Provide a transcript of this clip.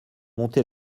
monté